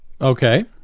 Okay